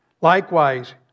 Likewise